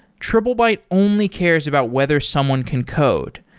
triplebyte only cares about whether someone can code.